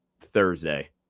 Thursday